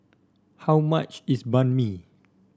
how much is Banh Mi